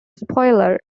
spoiler